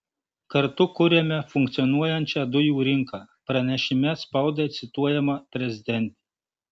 kartu kuriame funkcionuojančią dujų rinką pranešime spaudai cituojama prezidentė